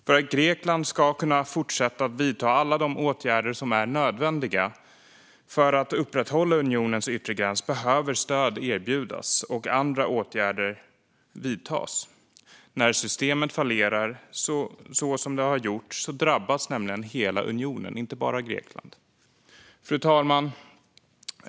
För att Grekland ska kunna fortsätta att vidta alla de åtgärder som är nödvändiga för att upprätthålla unionens yttre gräns behöver stöd erbjudas och andra åtgärder vidtas. När systemet fallerar så som det har gjort drabbas nämligen hela unionen, inte bara Grekland. Fru talman!